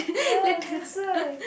ya that's why